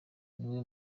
niwe